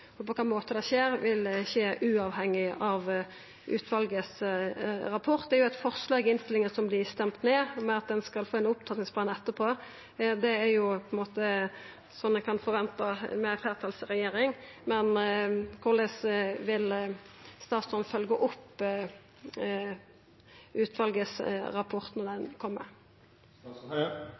kva måte utviding av studieplassar skjer på, vil skje uavhengig av rapporten til utvalet. Det er eit forslag i innstillinga som vert stemt ned, om at ein skal få ein opptrappingsplan etterpå. Det er jo på ein måte slik ein kan forventa det med ei fleirtalsregjering – men korleis vil statsråden følgja opp rapporten til utvalet når